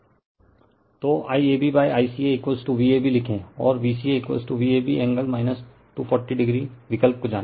refer slide time 1057 तो IAB ICA Vab लिखे और Vca Vab एंगल 240o विकल्प को जाने